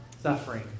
suffering